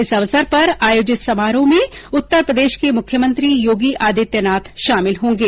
इस अवसर पर आयोजित समारोह में उत्तर प्रदेश के मुख्यमंत्री योगी आदित्यनाथ शामिल होंगे